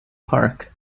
park